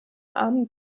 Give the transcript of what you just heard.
armen